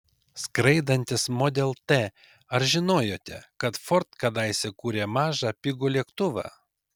skraidantis model t ar žinojote kad ford kadaise kūrė mažą pigų lėktuvą